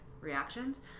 reactions